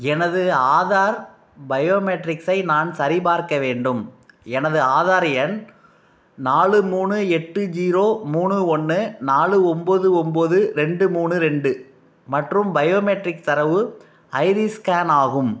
எனது ஆதார் பயோமெட்ரிக்ஸை நான் சரிபார்க்க வேண்டும் எனது ஆதார் எண் நாலு மூணு எட்டு ஜீரோ மூணு ஒன்று நாலு ஒம்பது ஒம்பது ரெண்டு மூணு ரெண்டு மற்றும் பயோமெட்ரிக் தரவு ஐரிஸ் ஸ்கேன் ஆகும்